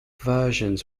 versions